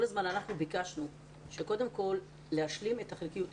כל הזמן אנחנו ביקשנו שקודם כל תושלם חלקיות המשרה.